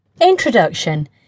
introduction